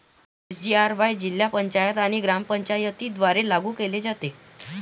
SGRY जिल्हा पंचायत आणि ग्रामपंचायतींद्वारे लागू केले जाते